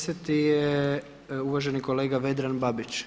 10. je uvaženi kolega Vedran Babić.